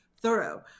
thorough